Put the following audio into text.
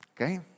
Okay